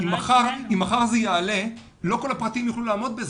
אם מחר זה יעלה, לא כל הפרטיים יוכלו לעמוד בזה.